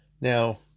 now